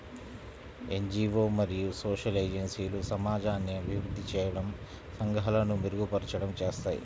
NGO మరియు social ఏజెన్సీలు సమాజాన్ని అభివృద్ధి చేయడం, సంఘాలను మెరుగుపరచడం చేస్తాయి